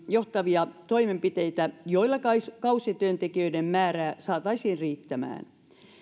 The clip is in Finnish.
johtavia toimenpiteitä joilla kausityöntekijöiden määrä saataisiin riittämään